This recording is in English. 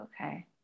okay